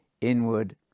inward